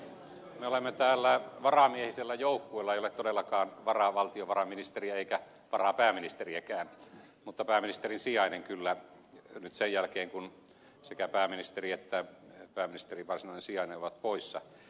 me olemme täällä varamiehisellä joukkueella ei ole todellakaan varavaltiovarainministeriä eikä varapääministeriäkään mutta pääministerin sijainen kyllä nyt kun sekä pääministeri että pääministerin varsinainen sijainen ovat poissa